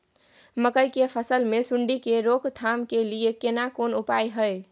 मकई की फसल मे सुंडी के रोक थाम के लिये केना कोन उपाय हय?